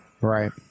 Right